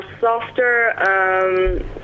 softer